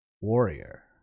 warrior